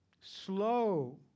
Slow